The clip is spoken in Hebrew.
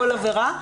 כל עבירה,